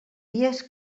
dies